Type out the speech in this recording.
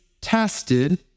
tested